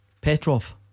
Petrov